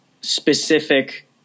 specific